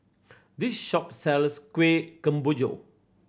this shop sells Kuih Kemboja